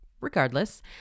Regardless